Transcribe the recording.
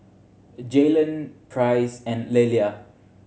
Jaylan Price and Lelia